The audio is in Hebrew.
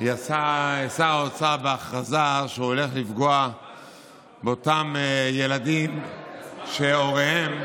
יצא שר האוצר בהכרזה שהוא הולך לפגוע באותם ילדים שהוריהם,